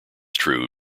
true